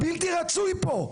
בלתי רצוי פה.